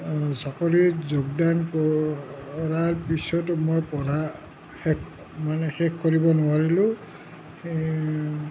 চাকৰিত যোগদান কৰাৰ পিছতো মোৰ পঢ়া শেষ মানে শেষ কৰিব নোৱাৰিলো সেয়ে